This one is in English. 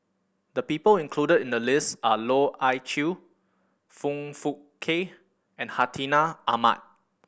the people included in the list are Loh Ah Chee Foong Fook Kay and Hartinah Ahmad